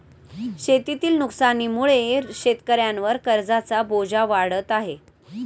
शेतीतील नुकसानीमुळे शेतकऱ्यांवर कर्जाचा बोजा वाढत आहे